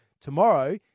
tomorrow